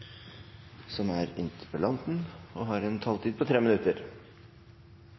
som heretter får ordet, har en taletid på inntil 3 minutter.